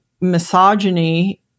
misogyny